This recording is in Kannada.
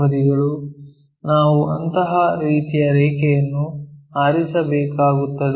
ಬದಿಗಳು ನಾವು ಅಂತಹ ರೀತಿಯ ರೇಖೆಯನ್ನು ಆರಿಸಬೇಕಾಗುತ್ತದೆ